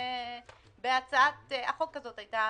בוקר טוב, אני מתכבד לפתוח את ישיבת ועדת הכספים.